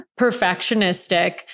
perfectionistic